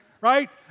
right